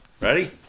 ready